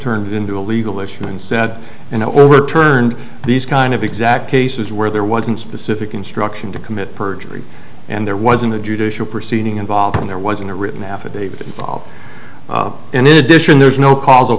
turned into a legal issue and said you know overturned these kind of exact cases where there wasn't specific instruction to commit perjury and there wasn't a judicial proceeding involved and there wasn't a written affidavit involved and in addition there's no causal